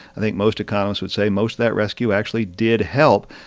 i think, most economists would say most of that rescue actually did help,